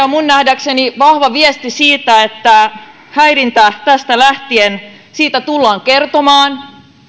on minun nähdäkseni vahva viesti siitä että tästä lähtien häirinnästä tullaan kertomaan